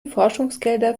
forschungsgelder